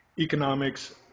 economics